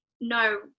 no